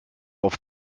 auf